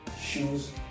shoes